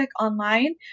online